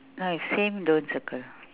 no if same don't circle